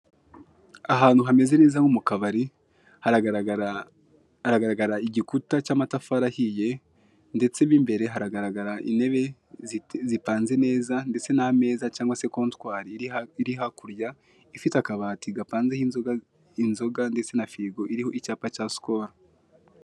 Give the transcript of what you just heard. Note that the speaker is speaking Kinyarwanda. Ahantu hameze neza nko mukabari haragaragara igikuta cy'amatafari ahiye ndetse mw'imbere haragaragara intebe zipanze neza ndetse n'ameza cyangwa se kontwari iri hakurya ifite akabati gapanzeho inzoga ndetse na firigo iriho icyapa cya skol